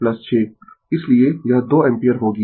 इसलिए यह 2 एम्पीयर होगी